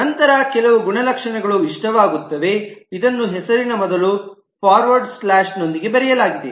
ನಂತರ ಕೆಲವು ಗುಣಲಕ್ಷಣಗಳು ಇಷ್ಟವಾಗುತ್ತವೆ ಇದನ್ನು ಹೆಸರಿನ ಮೊದಲು ಫಾರ್ವರ್ಡ್ ಸ್ಲ್ಯಾಷ್ನೊಂದಿಗೆ ಬರೆಯಲಾಗಿದೆ